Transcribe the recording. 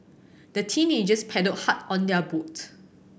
the teenagers paddled hard on their boat